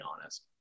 honest